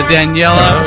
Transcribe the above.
Daniela